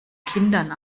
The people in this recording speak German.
kindern